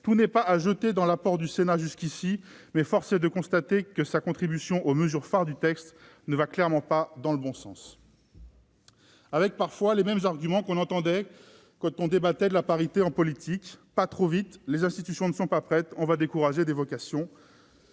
tout n'est pas à jeter dans l'apport du Sénat jusqu'ici, force est de constater que sa contribution aux mesures phares du texte ne va clairement pas dans le bon sens. Nous avons déjà entendu ces arguments, lorsque nous débattions de parité en politique :« Pas trop vite, les institutions ne sont pas prêtes, nous allons décourager des vocations